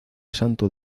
santo